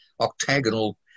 octagonal